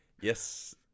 Yes